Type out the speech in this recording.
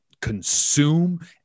consume